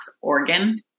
organ